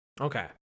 Okay